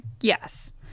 yes